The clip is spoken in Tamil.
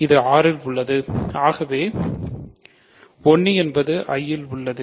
இது R இல் உள்ளது ஆகவே 1 என்பது I இல் உள்ளது